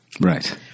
Right